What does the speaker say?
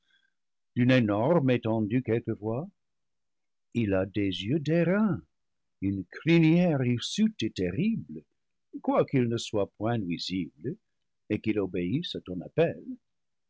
d'une énorme étendue quelquefois il a des yeux d'airain une crinière hirsute et terrible quoiqu'il ne le soit point nuisible et qu'il obéisse à ton appel